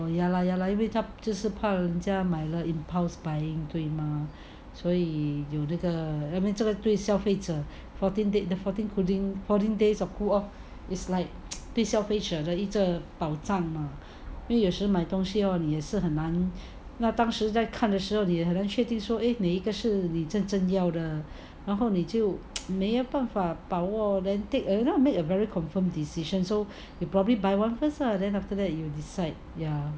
ya lah ya lah 因为他就是怕人家买了 impulse buying 对吗所以有这个这个对消费者 fourteen days the fourteen closing fourteen days of pull out is like 对消费者的一个保障 ah 因为有时买东西 hor 也是很难那当时在看的时候你很难确定说 eh 哪一个是你真正要的然后你就没有办法把握 then take um made a very confirm decision so we probably buy one first ah then after that you will decide ya